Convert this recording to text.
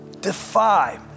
defy